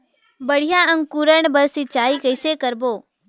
बढ़िया अंकुरण बर सिंचाई कइसे करबो?